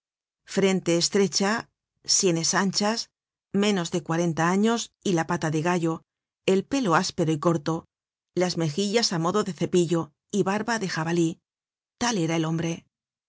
frente estrecha sienes anchas menos de cuarenta años y la pata de gallo el pelo áspero y corto las mejillas á modo de cepillo y barba de jabalí tal era el hombre